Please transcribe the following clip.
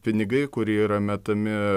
pinigai kurie yra metami